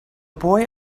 boy